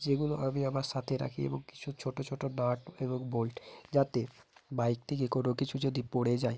যেগুলো আমি আমার সাথে রাখি এবং কিছু ছোটো ছোটো নাট এবং বোল্ট যাতে বাইক থেকে কোনো কিছু যদি পড়ে যায়